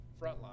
frontline